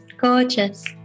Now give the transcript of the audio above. Gorgeous